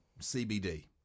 CBD